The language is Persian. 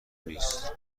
نیست